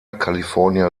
california